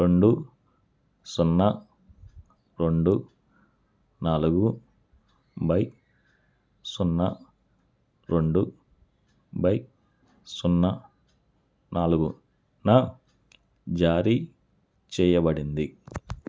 రెండు సున్నా రెండు నాలుగు బై సున్నా రెండు బై సున్నా నాలుగున జారీ చెయ్యబడింది